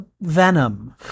venom